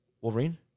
Wolverine